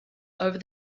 over